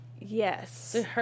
Yes